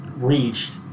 Reached